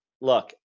look